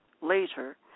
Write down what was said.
later